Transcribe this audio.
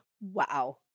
Wow